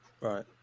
right